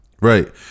Right